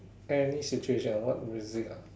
any situation ah what music ah